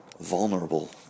vulnerable